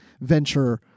venture